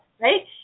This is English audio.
right